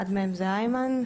אחד מהם זה איימן,